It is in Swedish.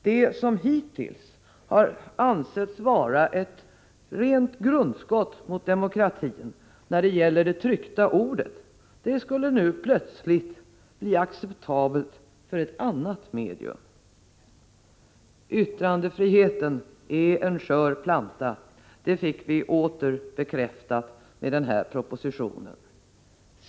Det som hittills har ansetts vara ett rent grundskott mot demokratin när det gäller det tryckta ordet skulle nu plötsligt vara acceptabelt i fråga om ett annat medium. Yttrandefriheten är en skör planta, det fick vi åter bekräftat i denna proposition.